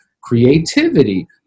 Creativity